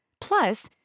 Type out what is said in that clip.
Plus